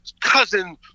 cousin